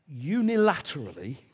unilaterally